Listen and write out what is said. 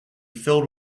filled